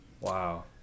Wow